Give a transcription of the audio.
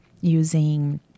using